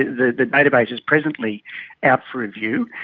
the database is presently out for review,